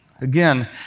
Again